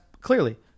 clearly